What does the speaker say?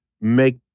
make